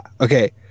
Okay